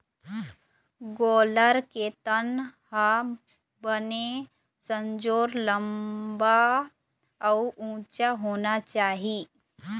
गोल्लर के तन ह बने संजोर, लंबा अउ उच्च होना चाही